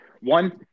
One